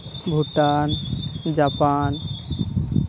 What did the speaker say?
Bhutan Japan